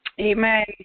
Amen